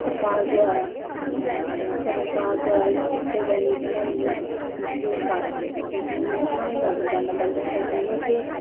ਸਰਕਾਰ ਦੁਆਰਾ ਸਰਵਕਾਰ ਦੁਆਰਾ ਕੀਤੇ ਗਏ ਨਿਯਮਾਂ ਦੀ ਪਾ ਨਿਯਮਾਂ ਨੂੰ ਲਾਗੂ ਕਰਨ ਦਾ ਪੈਂਦਾ ਹੈ ਜਿਵੇਂ ਕਿ